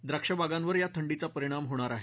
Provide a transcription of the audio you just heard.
द्राक्षबागांवर या थंडीचा परिणाम होणार आहे